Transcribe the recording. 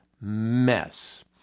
mess